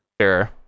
Sure